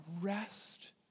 rest